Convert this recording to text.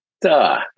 duh